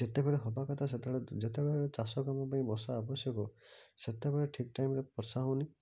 ଯେତେବେଳେ ହେବା କଥା ସେତେବେଳେ ଯେତେବେଳେ ଚାଷ କାମ ପାଇଁ ବର୍ଷା ଆବଶ୍ୟକ ସେତେବେଳେ ଠିକ୍ ଟାଇମରେ ବର୍ଷା ହେଉନି